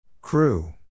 Crew